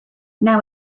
now